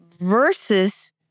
versus